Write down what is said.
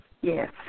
Yes